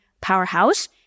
powerhouse